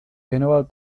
věnoval